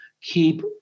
keep